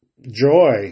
joy